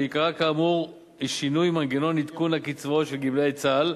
שעיקרה כאמור הוא שינוי מנגנון עדכון הקצבאות של גמלאי צה"ל,